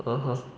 (uh huh)